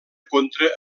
contra